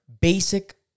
basic